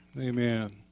Amen